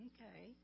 Okay